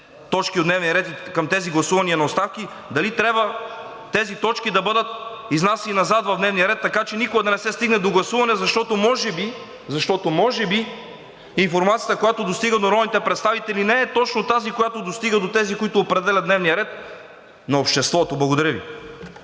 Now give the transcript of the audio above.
точки от дневния ред, към тези гласувания на оставки, дали трябва тези точки да бъдат изнасяни назад в дневния ред, така че никога да не се стигне до гласуване, защото може би информацията, която достига до народните представители, не е точно тази, която достига до тези, които определят дневния ред на обществото. Благодаря Ви.